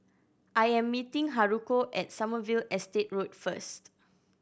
I am meeting Haruko at Sommerville Estate Road first